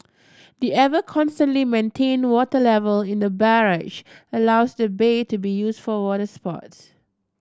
the ever constantly maintained water level in the barrage allows the bay to be used for water sports